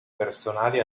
personali